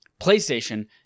PlayStation